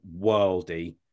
worldy